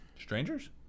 Strangers